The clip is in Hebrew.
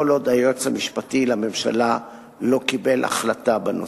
עוד היועץ המשפטי לממשלה לא קיבל החלטה בנושא.